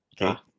Okay